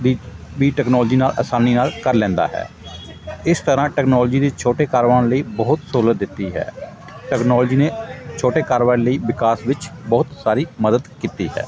ਵੀ ਵੀ ਟਕਨੋਲਜੀ ਨਾਲ ਅਸਾਨੀ ਨਾਲ ਕਰ ਲੈਂਦਾ ਹੈ ਇਸ ਤਰ੍ਹਾਂ ਟਕਨੋਲਜੀ ਨੇ ਛੋਟੇ ਕਾਰੋਬਾਰ ਲਈ ਬਹੁਤ ਸਹੂਲਤ ਦਿੱਤੀ ਹੈ ਟਕਨੋਲਜੀ ਨੇ ਛੋਟੇ ਕਾਰੋਬਾਰ ਲਈ ਵਿਕਾਸ ਵਿੱਚ ਬਹੁਤ ਸਾਰੀ ਮਦਦ ਕੀਤੀ ਹੈ